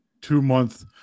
two-month